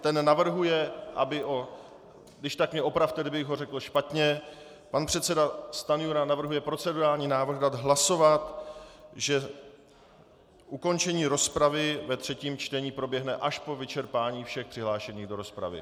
Ten navrhuje, aby, když tak mě opravte, kdybych ho řekl špatně, pan předseda Stanjura navrhuje procedurální návrh dát hlasovat, že ukončení rozpravy ve třetím čtení proběhne až po vyčerpání všech přihlášených do rozpravy.